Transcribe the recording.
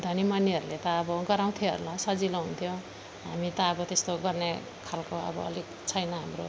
धनीमानीहरूले त अब गराउँथ्यो होला सजिलो हुन्थ्यो हामी त अब त्यस्तो गर्ने खालको अब अलिक छैन हाम्रो